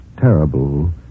terrible